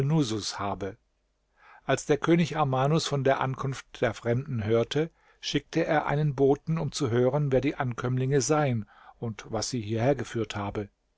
alnusus habe als der könig armanus von der ankunft der fremden hörte schickte er einen boten um zu hören wer die ankömmlinge seien und was sie hierher geführt habe